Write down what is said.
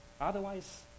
Otherwise